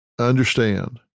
Understand